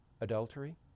adultery